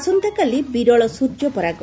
ଆସନ୍ତାକାଲି ବିରଳ ସ୍ର୍ଯ୍ୟ ପରାଗ